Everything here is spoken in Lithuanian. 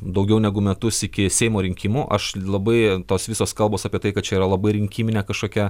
daugiau negu metus iki seimo rinkimų aš labai tos visos kalbos apie tai kad čia yra labai rinkiminė kažkokia